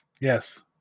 Yes